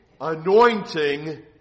anointing